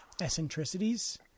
eccentricities